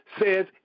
says